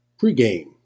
pregame